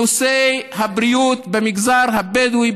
שנושא הבריאות במגזר הבדואי,